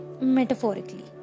metaphorically